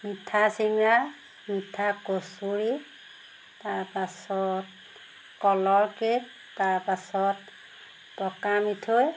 মিঠা চিংৰা মিঠা কচুৰী তাৰপাছত কলৰ কে'ক তাৰপাছত পকা মিঠৈ